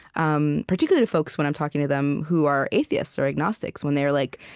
um particularly, folks, when i'm talking to them, who are atheists or agnostics, when they're like